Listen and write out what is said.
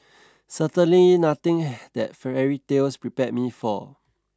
certainly nothing that fairy tales prepared me for